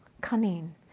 cunning